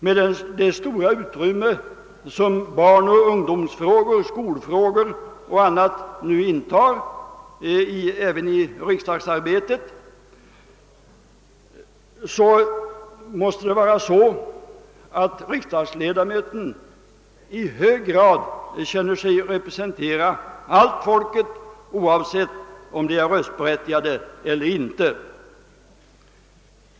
Med det stora utrymme som barnoch ungdomsfrågor, skolfrågor m.m. nu upptar även i riksdagsarbetet måste det vara på det sättet, att riksdagsledamöterna i hög grad känner sig representera alla människor här i landet, oavsett om dessa är röstberättigade eller inte.